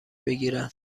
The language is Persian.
بگیرم